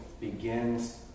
begins